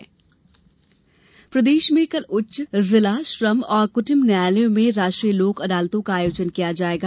लोक अदालत प्रदेश में कल उच्च न्यायालय जिला श्रम और कुटुम्ब न्यायालयों में राष्ट्रीय लोक अदालतों का आयोजन किया जाएगा